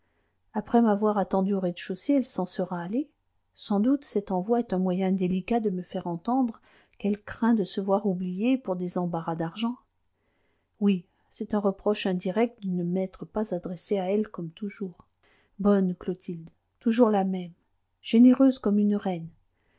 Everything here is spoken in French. après m'avoir attendu au rez-de-chaussée elle s'en sera allée sans doute cet envoi est un moyen délicat de me faire entendre qu'elle craint de se voir oubliée pour des embarras d'argent oui c'est un reproche indirect de ne m'être pas adressé à elle comme toujours bonne clotilde toujours la même généreuse comme une reine